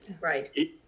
Right